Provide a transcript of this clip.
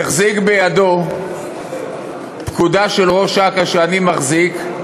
החזיק בידו פקודה של ראש אכ"א, שאני מחזיק,